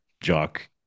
jock